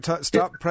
stop